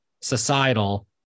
societal